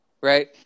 right